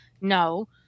No